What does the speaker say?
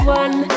one